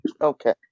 okay